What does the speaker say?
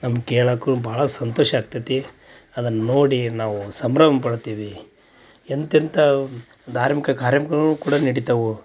ನಮ್ಗೆ ಕೇಳಕ್ಕೂ ಭಾಳ ಸಂತೋಷ ಆಗ್ತೈತಿ ಅದನ್ನು ನೋಡಿ ನಾವು ಸಂಭ್ರಮಪಡ್ತೀವಿ ಎಂಥೆಂಥ ಧಾರ್ಮಿಕ ಕಾರ್ಯಕ್ರಮ ಕೂಡ ನಡಿತಾವೆ